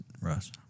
Russ